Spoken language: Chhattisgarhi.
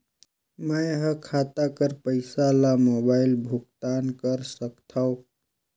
मैं ह खाता कर पईसा ला मोबाइल भुगतान कर सकथव?